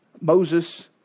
Moses